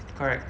correct